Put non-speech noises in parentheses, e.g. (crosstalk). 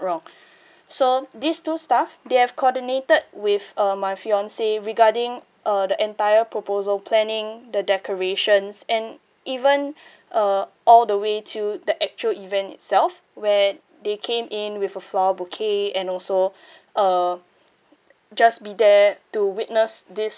wrong (breath) so these two staff they have coordinated with uh my fiancee regarding uh the entire proposal planning the decorations and even uh all the way to the actual event itself where they came in with a flower bouquet and also (breath) uh just be there to witness this